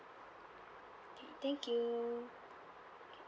okay thank you